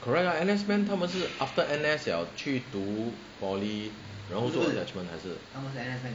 correct lah unless men 他们是 after N_S liao 去读 poly 然后做 attachment 还是